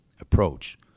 approach